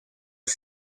was